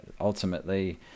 ultimately